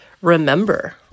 remember